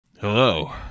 Hello